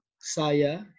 Saya